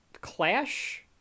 clash